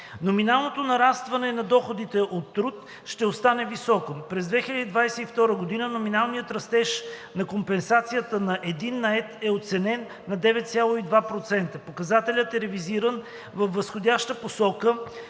Номиналното нарастване на доходите от труд ще остане високо. През 2022 г. номиналният растеж на компенсацията на един нает е оценен на 9,2%. Показателят е ревизиран във възходяща посока